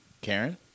Karen